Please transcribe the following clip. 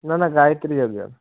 ନନା ଗାୟତ୍ରୀ ଯଜ୍ଞ